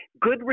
good